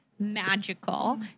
magical